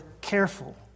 careful